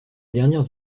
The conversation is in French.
dernières